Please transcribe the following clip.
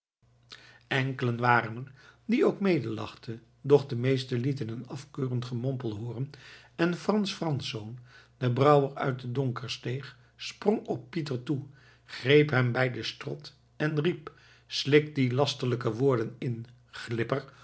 enkelen waren er die ook medelachten doch de meesten lieten een afkeurend gemompel hooren en frans franszoon de brouwer uit de donkersteeg sprong op pieter toe greep hem bij den strot en riep slik die lasterlijke woorden in glipper